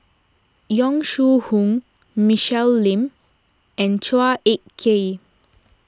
Yong Shu Hoong Michelle Lim and Chua Ek Kay